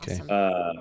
Okay